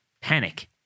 panic